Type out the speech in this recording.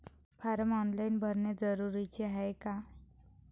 Form online भरने जरुरीचे हाय का?